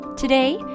Today